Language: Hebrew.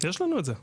יש לנו את זה.